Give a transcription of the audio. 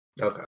Okay